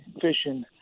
fishing